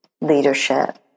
leadership